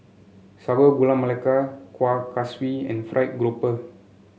Sago Gula Melaka Kuih Kaswi and fried grouper